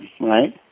right